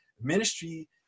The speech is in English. ministry